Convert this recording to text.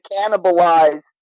cannibalize